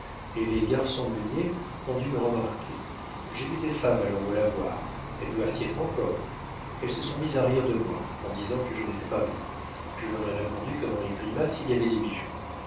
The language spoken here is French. et les garçons meuniers ont dû me remarquer j'ai vu des femmes allant au lavoir elles doivent y être encore elles se sont mises à rire de moi en disant que je n'étais pas beau je leur ai répondu que dans les grimaces il y avait des bijoux